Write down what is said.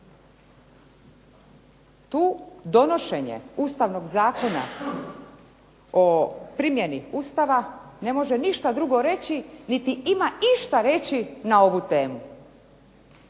Tu donošenje Ustavnog zakona o primjeni Ustava ne može ništa drugo reći niti ima išta reći na ovu temu.